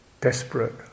desperate